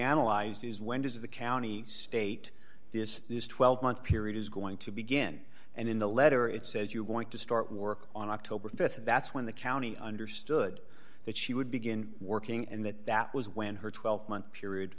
analyzed is when does the county state this is twelve month period is going to begin and in the letter it says you're going to start work on october th and that's when the county understood that she would begin working and that that was when her twelve month period